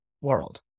world